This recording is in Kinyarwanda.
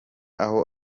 aho